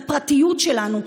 לפרטיות שלנו,